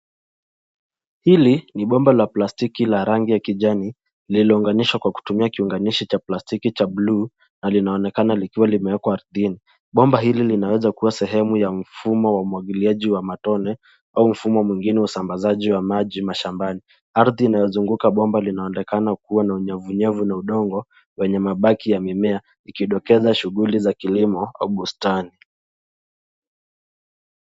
Hili ni bomba la plastiki la rangi ya kijani lililounganishwa kwa kutumia kiunganishi cha plastiki cha buluu na linaonekana likiwa limewekwa ardhini. Bomba hili linaweza kuwa sehemu ya mfumo wa umwagiliaji wa matone au mfumo mwingine wa usambazaji wa maji mashambani. Ardhi inayozunguka bomba linaonekana kuwa na unyevunyevu na udongo wenye mabaki ya mimea ikidokeza shughuli za kilimo au bustani.